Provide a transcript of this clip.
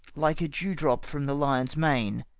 like a dew-drop from the lion's mane,